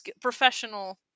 professional